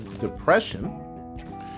depression